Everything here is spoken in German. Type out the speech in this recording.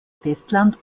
festland